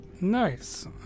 nice